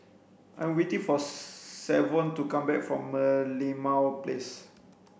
I'm waiting for Savon to come back from Merlimau Place